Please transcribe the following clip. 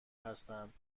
هستند